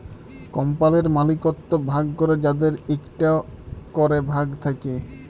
কম্পালির মালিকত্ব ভাগ ক্যরে যাদের একটা ক্যরে ভাগ থাক্যে